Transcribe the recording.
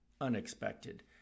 unexpected